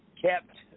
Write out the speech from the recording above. Kept